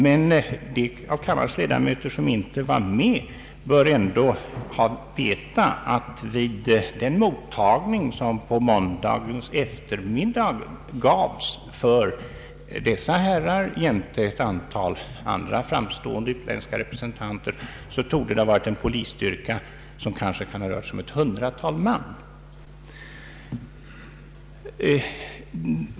Men för dem av kammarens ledamöter som inte var med vid den mottagning som gavs för dessa herrar måndag eftermiddag samt ett antal andra framstående utländska representanter vill jag berätta att polisstyrkan rörde sig om sannolikt ett hundratal man.